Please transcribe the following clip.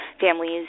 Families